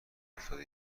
افتاده